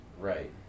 Right